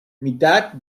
mitad